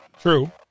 True